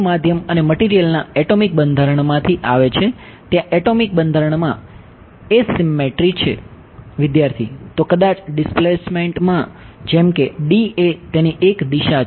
વિદ્યાર્થી તો કદાચ ડિસ્પ્લેસ્મેંટ માં જેમ કે એ તેની એક દિશા છે